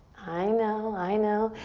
i know. i know.